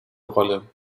rolle